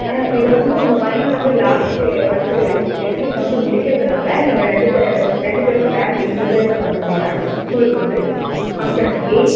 ஆ இதுவந்து உங்கள் பையன் வந்து லாஸ்ட்டு வந்து எஜிகேஷன் வந்து முடிக்கிறதுனால நீங்கள் ரெண்டு ரெண்டு பேரும் பேரன்ட்ஸ் ரெண்டு பேரும் வரணும்ங்கய்யா ஸ்கூலுக்கு வந்து பங்ஷன் அன்னைக்கி